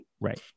Right